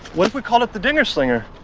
what if we called it the dinger slinger?